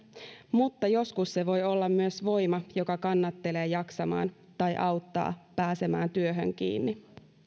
mutta joskus se voi olla myös voima joka kannattelee jaksamaan tai auttaa pääsemään työhön kiinni